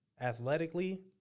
athletically